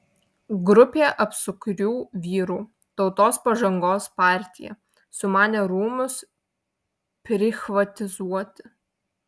grupė apsukrių vyrų tautos pažangos partija sumanė rūmus prichvatizuoti